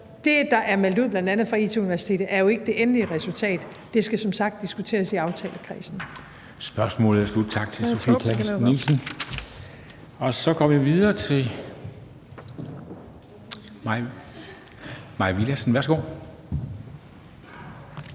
det, der er meldt ud fra bl.a. IT-Universitetet, er jo ikke det endelige resultat. Det skal som sagt diskuteres i aftalekredsen.